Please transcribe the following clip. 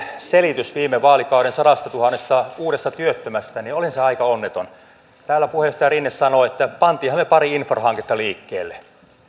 selitys viime vaalikauden sadastatuhannesta uudesta työttömästä oli aika onneton täällä puheenjohtaja rinne sanoi että pantiinhan me pari infrahanketta liikkeelle